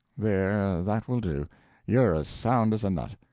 there, that will do you're as sound as a nut!